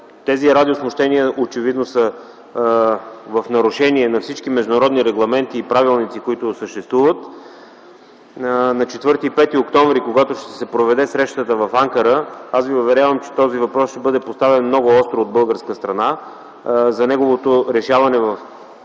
Тези радиосмущения очевидно са в нарушение на всички международни регламенти и правилници, които съществуват. На 4 и 5 октомври т.г., когато ще се проведе срещата в Анкара, аз ви уверявам, че този въпрос ще бъде поставен много остро от българска страна, за неговото решаване в буквално